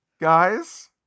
guys